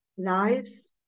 Lives